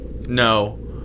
No